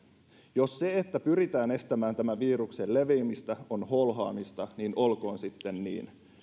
jos se että pyritään estämään tämän viruksen leviämistä on holhoamista niin olkoon sitten niin